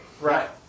Right